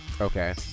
Okay